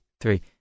three